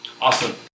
Awesome